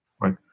Right